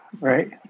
Right